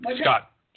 Scott